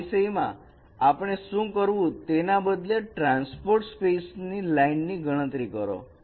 તો આ વિષયમાં આપણે શું કરશું તેના બદલે ટ્રાન્સપોર્ટ સ્પેસમાં લાઈન ની ગણતરી કરો